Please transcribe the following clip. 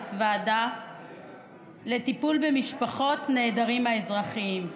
ועדה לטיפול במשפחות נעדרים אזרחיים.